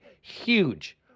huge